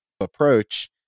approach